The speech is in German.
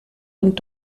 und